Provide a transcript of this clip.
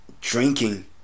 drinking